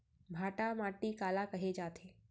भांटा माटी काला कहे जाथे?